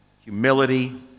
humility